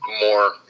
more